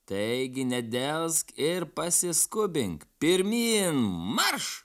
taigi nedelsk ir pasiskubink pirmyn marš